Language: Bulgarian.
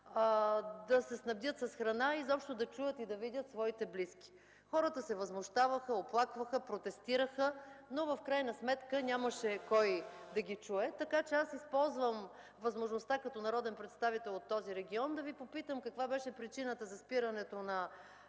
да се снабдят с храна, да чуят и видят своите близки. Хората се възмущаваха, оплакваха, протестираха, но в крайна сметка нямаше кой да ги чуе. Използвам възможността като народен представител от този регион да Ви попитам: каква беше причината за спирането на